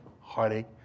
heartache